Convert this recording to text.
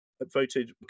voted